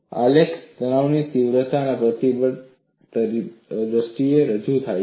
આલેખ તણાવ તીવ્રતા પરિબળની દ્રષ્ટિએ રજૂ થાય છે